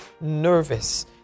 nervous